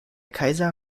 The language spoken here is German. kaiser